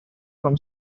from